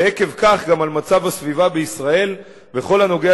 ועקב כך גם על מצב הסביבה בישראל בכל הנוגע